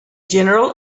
general